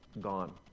gone